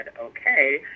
okay